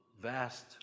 vast